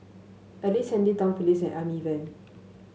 Ellice Handy Tom Phillips Amy Van